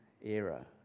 era